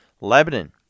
Lebanon